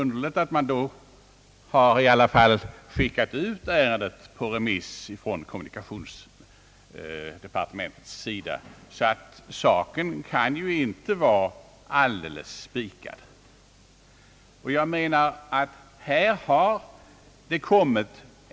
Det är emellertid underligt att man skickat ut ärendet på remiss från kommunikationsdepartementet. Det tyder ju på att valet av plats trots allt vad som förevarit icke kan vara helt spikat.